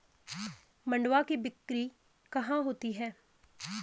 मंडुआ की बिक्री कहाँ होती है?